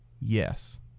Yes